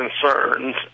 concerns